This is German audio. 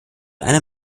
einer